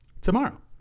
tomorrow